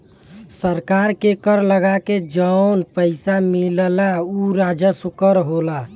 सरकार के कर लगा के जौन पइसा मिलला उ राजस्व कर होला